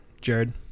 Jared